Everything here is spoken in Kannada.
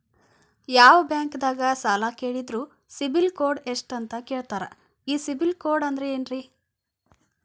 ಯಾವ ಬ್ಯಾಂಕ್ ದಾಗ ಸಾಲ ಕೇಳಿದರು ಸಿಬಿಲ್ ಸ್ಕೋರ್ ಎಷ್ಟು ಅಂತ ಕೇಳತಾರ, ಈ ಸಿಬಿಲ್ ಸ್ಕೋರ್ ಅಂದ್ರೆ ಏನ್ರಿ?